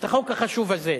את החוק החשוב הזה.